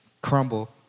crumble